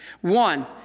One